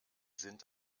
sind